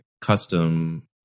custom